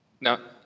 Now